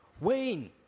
Wayne